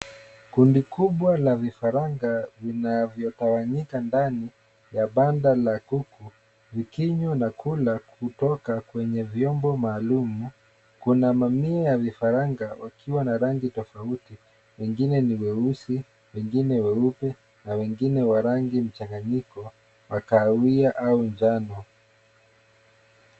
Kundi kubwa la vifaranga vinavyotawanyika ndani ya banda la kuku vikinywa na kula kutoka kwenye vyombo maalumu. Kuna mamia ya vifaranga wakiwa na rangi tofauti, wengine ni weusi, wengine weupe na wengine wa rangi mchanganyiko wa kahawia au njano.